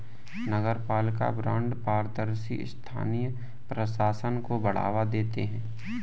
नगरपालिका बॉन्ड पारदर्शी स्थानीय प्रशासन को बढ़ावा देते हैं